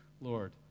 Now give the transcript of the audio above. Lord